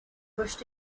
pushed